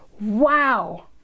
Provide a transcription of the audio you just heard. wow